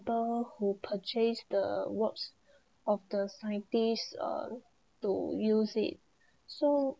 better who purchase the works of the scientists uh to use it so